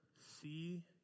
see